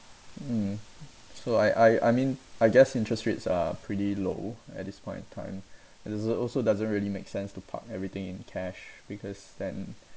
mm so I I I mean I guess interest rates are pretty low at this point of time it's also doesn't really make sense to park everything in cash because then